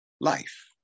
life